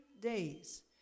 days